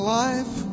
life